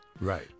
Right